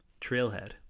Trailhead